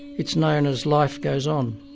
it's known as life goes on.